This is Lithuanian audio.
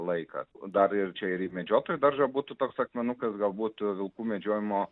laikas dar ir čia ir į medžiotojų daržą būtų toks akmenukas galbūt vilkų medžiojimo